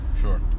Sure